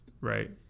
right